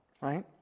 Right